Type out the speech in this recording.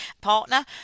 partner